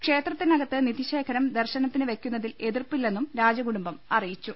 ക്ഷേത്രത്തിനകത്ത് നിധിശേഖരം ദർശനത്തിന് വയ്ക്കു ന്നതിൽ എതിർപ്പില്ലെന്നും രാജകുടുംബം അറിയിച്ചു